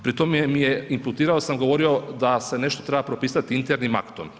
Pri tome mi je, imputirao sam, govorio da se nešto treba propisati internim aktom.